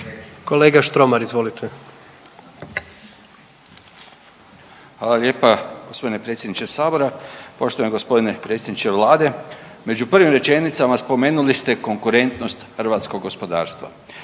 Predrag (HNS)** Hvala lijepa g. predsjedniče Sabora, poštovani g. predsjedniče Vlade. Među prvim rečenicama spomenuli ste konkurentnost hrvatskog gospodarstva.